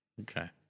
Okay